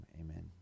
amen